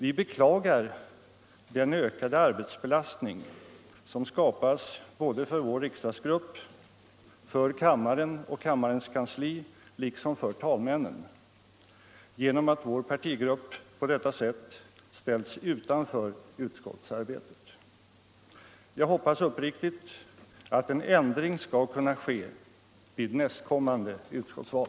Vi beklagar den ökade arbetsbelastning som skapas för vår riksdagserupp, för kammaren och kaäammarens kansli liksonm för talmännen genom att vår partigrupp på detta sätt ställts utanför utskottsarbetet. Jag hoppas uppriktigt att en ändring skall kunna ske vid nästkommande utskottsval.